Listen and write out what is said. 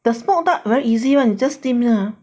the smoke duck very easy [one] just steam